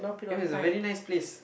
mean is a very nice place